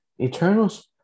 Eternals